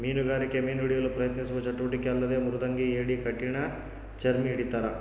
ಮೀನುಗಾರಿಕೆ ಮೀನು ಹಿಡಿಯಲು ಪ್ರಯತ್ನಿಸುವ ಚಟುವಟಿಕೆ ಅಲ್ಲದೆ ಮೃದಂಗಿ ಏಡಿ ಕಠಿಣಚರ್ಮಿ ಹಿಡಿತಾರ